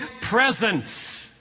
presence